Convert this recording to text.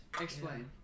Explain